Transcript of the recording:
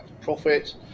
profit